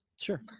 Sure